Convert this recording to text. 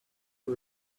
you